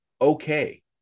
okay